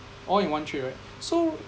all in one trade right so